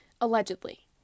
Allegedly